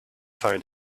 phone